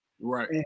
Right